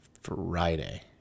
Friday